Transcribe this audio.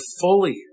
fully